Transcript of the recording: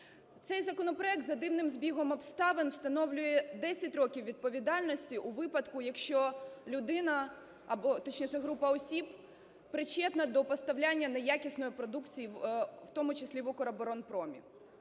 Цей законопроект за дивним збігом обставин встановлює 10 років відповідальності у випадку, якщо людина, або, точніше, група осіб, причетна до поставляння неякісної продукції, в тому числі в "Укроборонпромі".